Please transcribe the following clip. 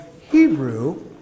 Hebrew